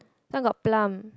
this one got plum